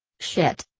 shit.